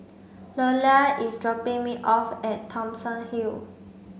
Lelia is dropping me off at Thomson Hill